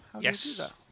Yes